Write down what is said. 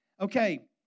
Okay